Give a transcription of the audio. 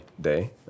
day